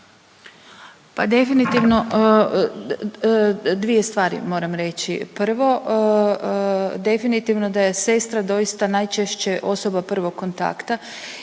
Pa definitivno dvije stvari moram reći. Prvo, definitivno da je sestra doista najčešće osoba prvog kontakta